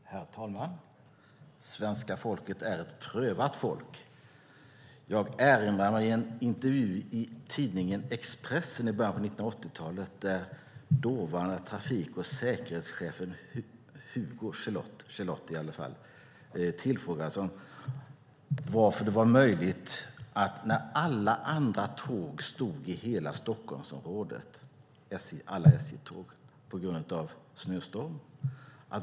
Herr talman! Svenska folket är ett prövat folk. Jag erinrar mig en intervju i tidningen Expressen i början av 1980-talet då dåvarande trafik och säkerhetschefen Yngve Gelotte tillfrågades hur det var möjligt att Roslagsbanan gick när alla SJ-tåg i hela Stockholmsområdet stod still på grund av snöstorm.